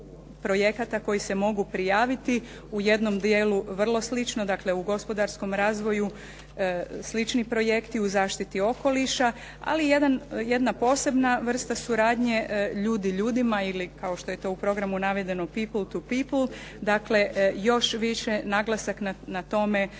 projekata koji se mogu prijaviti u jednom dijelu vrlo slično, dakle u gospodarskom razvoju slični projekti u zaštiti okoliša. Ali i jedna posebna vrsta suradnje ljudi ljudima ili kao što je to u programu navedeno people to people. Dakle, još više naglasak na tome,